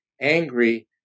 angry